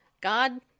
God